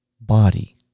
body